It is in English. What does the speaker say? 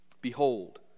Behold